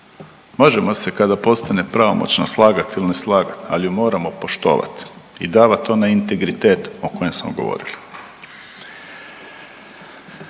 Možemo se kada postane pravomoćna slagat ili ne slagat, ali ju moramo poštovat i davat onaj integritet o kojem smo govorili.